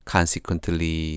Consequently